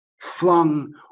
flung